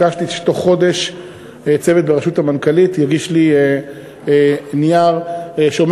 ביקשתי שבתוך חודש צוות בראשות המנכ"לית יגיש לי נייר שאומר